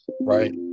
right